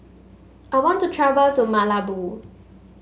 I want to travel to Malabo